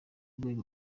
rwego